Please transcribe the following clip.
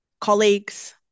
colleagues